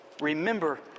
Remember